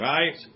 Right